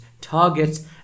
targets